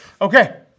Okay